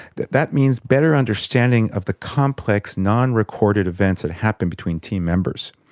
that that means better understanding of the complex non-recorded events that happened between team members.